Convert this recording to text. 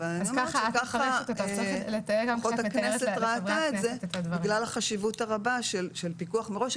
אני אומרת שכך הכנסת ראתה את זה בגלל החשיבות הרבה של פיקוח מראש,